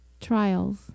Trials